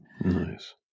Nice